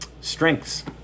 Strengths